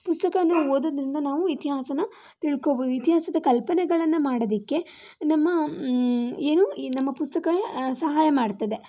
ಪುಸ್ತಕವನ್ನು ಓದೋದರಿಂದ ನಾವು ಇತಿಹಾಸನ ತಿಳ್ಕೊಳ್ಬಹುದು ಇತಿಹಾಸದ ಕಲ್ಪನೆಗಳನ್ನು ಮಾಡೋದಕ್ಕೆ ನಮ್ಮ ಏನೋ ನಮ್ಮ ಪುಸ್ತಕ ಸಹಾಯ ಮಾಡ್ತದೆ